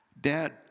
Dad